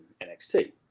NXT